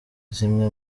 zimwe